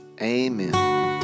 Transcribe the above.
amen